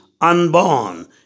unborn